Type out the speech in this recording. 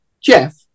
Jeff